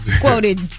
Quoted